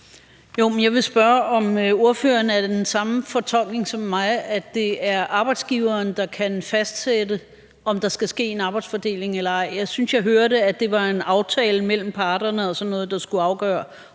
Jeg vil spørge, om ordføreren har den samme fortolkning som mig, nemlig at det er arbejdsgiveren, der kan fastsætte, om der skal ske en arbejdsfordeling eller ej. Jeg synes, at jeg hørte, at det var en aftale mellem parterne og sådan noget, der skulle afgøre,